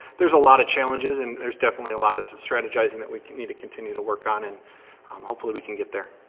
there's a lot of challenges and there's definitely a lot of strategizing that we need to continue to work on and hopefully we can get there.